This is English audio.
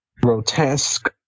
grotesque